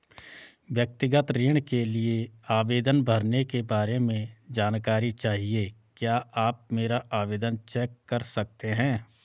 व्यक्तिगत ऋण के लिए आवेदन भरने के बारे में जानकारी चाहिए क्या आप मेरा आवेदन चेक कर सकते हैं?